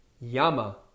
yama